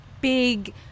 big